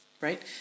right